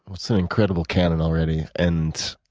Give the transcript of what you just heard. that's an incredible cannon already and